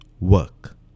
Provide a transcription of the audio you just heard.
Work